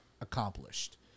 accomplished